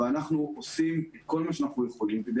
אבל אנחנו עושים כל מה שאנחנו יכולים כדי